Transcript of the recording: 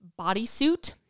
bodysuit